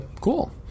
cool